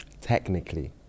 technically